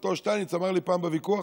אותו שטייניץ אמר לי פעם בוויכוח,